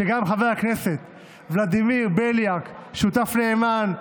שגם חבר הכנסת ולדימיר בליאק שותף נאמן,